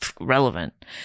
relevant